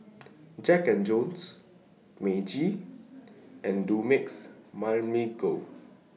Jack and Jones Meiji and Dumex Mamil Gold